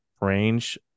range